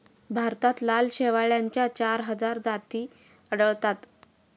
भारतात लाल शेवाळाच्या चार हजार जाती आढळतात